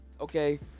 Okay